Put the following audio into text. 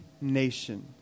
nation